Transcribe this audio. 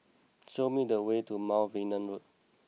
show me the way to Mount Vernon Road